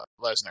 Lesnar